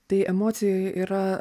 tai emocijoj yra